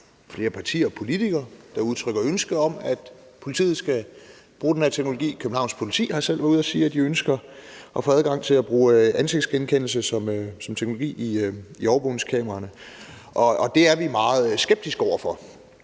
flere partier og politikere, der udtrykker ønske om, at politiet skal bruge den her teknologi. Københavns Politi har selv været ude at sige, at de ønsker at få adgang til at bruge ansigtsgenkendelse som teknologi i overvågningskameraerne. Det er vi meget skeptiske over for